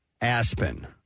Aspen